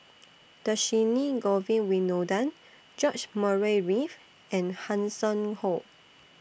Dhershini Govin Winodan George Murray Reith and Hanson Ho